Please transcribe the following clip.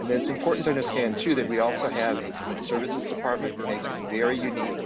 and that's important to understand too that we also have a human services department that makes us very unique